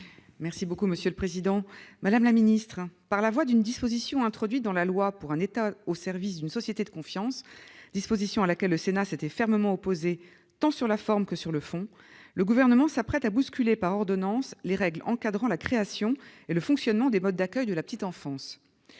ministre des solidarités et de la santé. Par la voie d'une disposition introduite dans la loi pour un État au service d'une société de confiance, disposition à laquelle le Sénat s'était fermement opposé tant sur la forme que sur le fond, le Gouvernement s'apprête à bousculer par ordonnance les règles encadrant la création et le fonctionnement des modes d'accueil de la petite enfance.